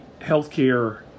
healthcare